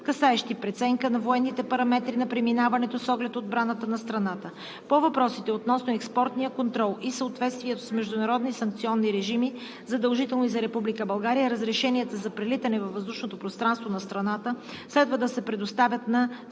касаеща преценка на военните параметри на преминаването с оглед отбраната на страната. По въпросите относно експортния контрол и съответствието с международни санкционни режими, задължителни за Република България, разрешенията за прелитане във въздушното пространство на страната следва да се предоставят на